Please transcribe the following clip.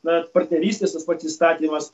na partnerystės tas pats įstatymas